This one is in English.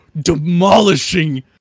demolishing